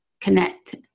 connect